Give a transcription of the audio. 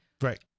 Right